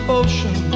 ocean